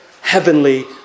heavenly